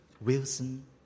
Wilson